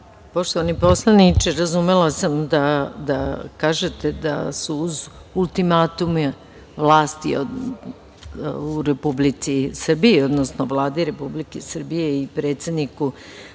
Poštovani poslaniče, razumela sam da kažete da su uz ultimatume vlasti u Republici Srbiji, odnosno Vladi Republike Srbije i predsedniku